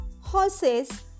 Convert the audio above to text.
horses